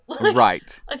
Right